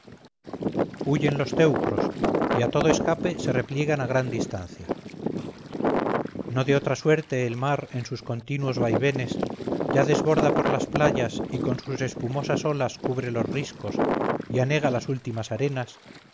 huyen los teucros y a todo escape se repliegan a gran distancia no de otra suerte el mar en sus continuos vaivenes ya desborda por las playas y con sus espumosas olas cubre los riscos y anega las últimas arenas